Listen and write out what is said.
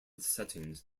settings